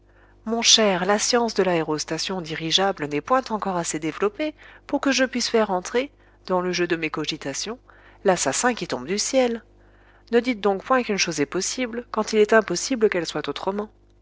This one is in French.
mon cher la science de l'aérostation dirigeable n'est point encore assez développée pour que je puisse faire entrer dans le jeu de mes cogitations l'assassin qui tombe du ciel ne dites donc point qu'une chose est possible quand il est impossible qu'elle soit autrement